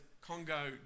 Congo